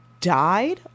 died